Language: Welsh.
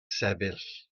sefyll